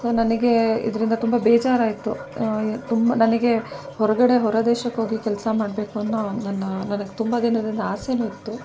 ನನಗೆ ಇದರಿಂದ ತುಂಬ ಬೇಜಾರಾಯಿತು ತುಂಬ ನನಗೆ ಹೊರಗಡೆ ಹೊರದೇಶಕ್ಕೆ ಹೋಗಿ ಕೆಲಸ ಮಾಡಬೇಕು ಅನ್ನೋ ನನ್ನ ನನಗೆ ತುಂಬ ದಿನದಿಂದ ಆಸೆಯೂ ಇತ್ತು